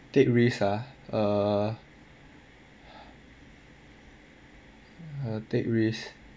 take risk ah uh uh take risk